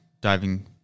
diving